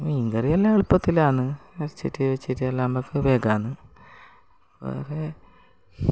മീൻകറിയെല്ലാം എളുപ്പത്തിൽ ആണ് വെച്ചിട്ട് വെച്ചിട്ട് എല്ലാം വെക്കുന്ന വേഗമാണ് വേറെ